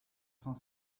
cent